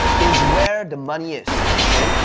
is where the money is, okay?